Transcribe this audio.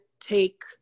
take